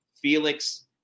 Felix